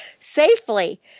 safely